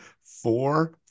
four